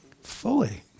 fully